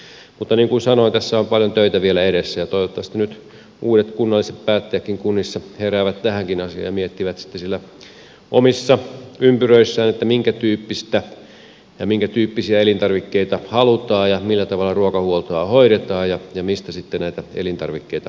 mutta niin kuin sanoin tässä on paljon töitä vielä edessä ja toivottavasti nyt uudet kunnalliset päättäjätkin kunnissa heräävät tähänkin asiaan ja miettivät sitten siellä omissa ympyröissään minkätyyppisiä elintarvikkeita halutaan ja millä tavalla ruokahuoltoa hoidetaan ja mistä sitten näitä elintarvikkeita hankitaan